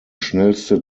schnellste